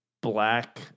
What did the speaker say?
Black